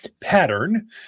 pattern